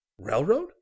Railroad